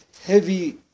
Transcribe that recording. heavy